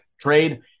trade